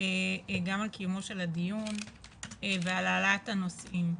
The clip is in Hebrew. גם על קיום הדיון ועל העלאת הנושאים.